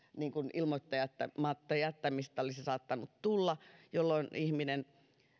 ilmoittamatta jättämistä olisi saattanut tulla jolloin ihminen